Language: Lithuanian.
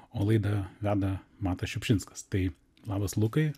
o laidą veda matas šiupšinskas tai labas lukai